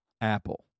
Apple